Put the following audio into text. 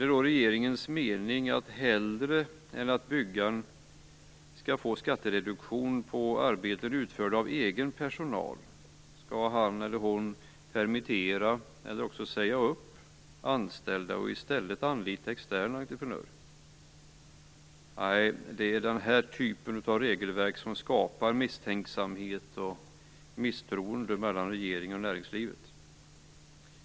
Är det regeringens mening att hellre än att byggaren skall få skattereduktion på arbeten utförda av egen personal skall han eller hon permittera eller säga upp anställda och i stället anlita externa entreprenörer? Det är denna typ av regelverk som skapar misstänksamhet och misstroende mellan regering och näringslivet.